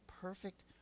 perfect